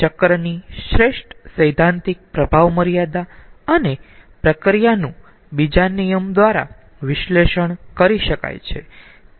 ચક્રની શ્રેષ્ઠ સૈદ્ધાંતિક પ્રભાવ મર્યાદા અને પ્રક્રિયાનું બીજા નિયમ દ્વારા વિશ્લેષણ કરી શકાય છે તે શું હોઈ શકે